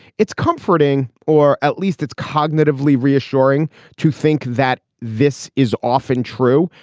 it's comforting or at least it's cognitively reassuring to think that this is often true.